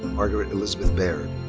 margaret elizabeth baird.